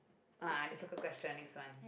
ah difficult question next one